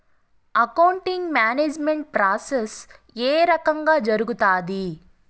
accounting management process ఏ రకంగా జరుగుతాది